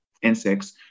insects